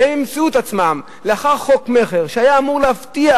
והם ימצאו את עצמם, לאחר חוק מכר שהיה אמור להבטיח